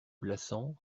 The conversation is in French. blassans